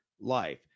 life